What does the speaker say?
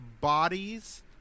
bodies